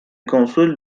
console